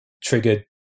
triggered